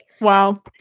Wow